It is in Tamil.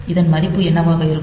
இதன் மதிப்பு என்னவாக இருக்கும்